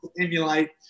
emulate